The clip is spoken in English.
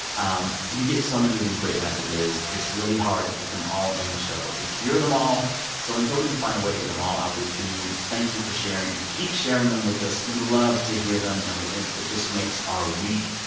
um we get so many of these great messages. it's really hard to put them all in the show, but we hear them all so until we can find a way to get them all out there to you, thank you for sharing, and keep sharing them with us. we love to hear them. and it just makes our week.